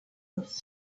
cubes